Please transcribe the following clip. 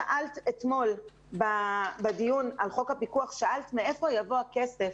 שאלת אתמול בדיון על חוק הפיקוח מהיכן יבוא הכסף.